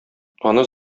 аны